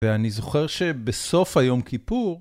ואני זוכר שבסוף היום כיפור...